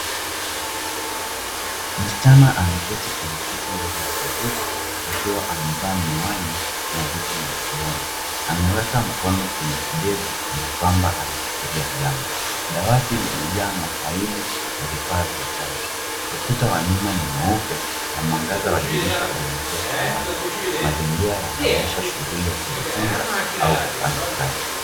Msichana ameketi kwenye kiti mbele ya kompyuta akiwa amevaa miwani na vitu masikioni. Ameweka mkono kwenye kidevu kanakwamba anafikiria jambo. Dawati limejaa mafaili na vifaa vya kazi, ukuta wa nyuma ni mweupe na mwangaza wa dirisha unaingia chumbani. Mazingira yanaonyesha shughuli ya kujifunza au kufanya kazi.